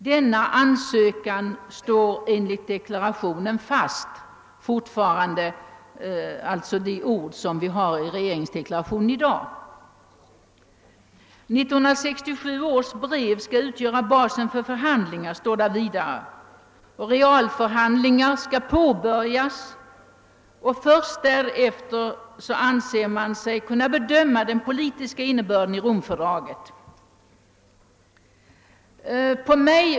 »Denna ansökan står fast», heter det i dagens deklaration. Där står också att 1967 års brev skall utgöra basen för förhandlingar. Realförhandlingar skall påbörjas, och först därefter anser man sig kunna bedöma den politiska innebörden i Romfördraget.